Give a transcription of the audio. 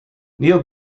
neil